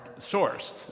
sourced